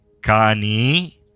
Kani